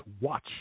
watch